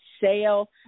sale